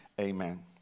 amen